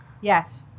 Yes